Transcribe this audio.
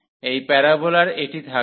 এই প্যারাবোলার এটি থাকবে